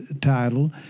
title